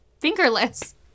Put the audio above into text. Fingerless